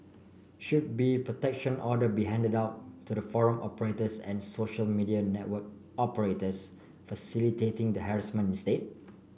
should be protection order be handed out to the forum operators and social media network operators facilitating the harassment instead